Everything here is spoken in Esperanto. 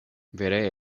vere